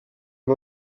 amb